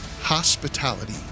Hospitality